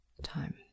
time